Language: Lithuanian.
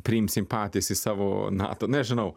priimsim patys į savo nato nežinau